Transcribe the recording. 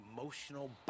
emotional